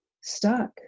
stuck